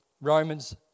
Romans